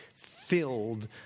filled